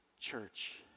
church